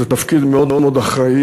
זה תפקיד מאוד מאוד אחראי,